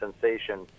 sensation